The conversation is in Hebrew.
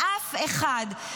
לאף אחד.